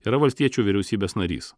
yra valstiečių vyriausybės narys